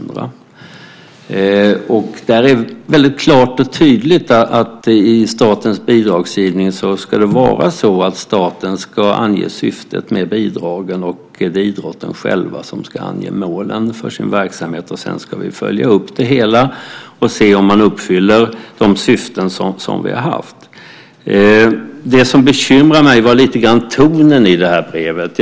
Där är det väldigt klart och tydligt att statens bidragsgivning ska vara sådan att staten ska ange syftet med bidragen och att idrotten själv ska ange målen för sin verksamhet. Sedan ska vi följa upp det hela och se om man uppfyller de syften som vi har haft. Det som bekymrar mig lite grann var tonen i brevet.